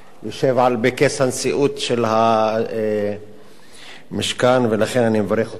יושב בכס הנשיאות של המשכן, ולכן אני מברך אותך.